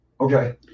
Okay